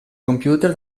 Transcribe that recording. computer